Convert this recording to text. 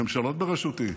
ממשלות בראשותי,